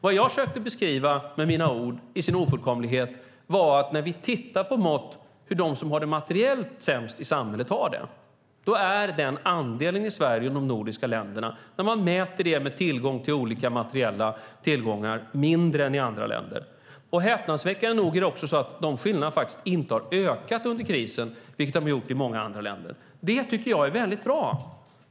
Vad jag försökte beskriva med mina ord, i dess ofullkomlighet, var att när vi tittar på mått som beskriver hur de som har det materiellt sämst i samhället har det så är den andelen i Sverige och i de nordiska länderna, när man mäter det som tillgång till olika materiella tillgångar, mindre än i andra länder. Häpnadsväckande nog har skillnaderna inte ökat under krisen, vilket varit fallet i många andra länder. Det tycker jag är bra.